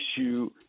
issue